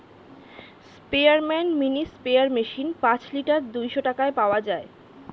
স্পেয়ারম্যান mini sprayer machine পাঁচ litre দুইশো টাকায় পাওয়া যায়